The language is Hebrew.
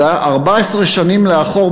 זה היה 14 שנים לאחור,